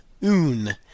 un